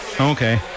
okay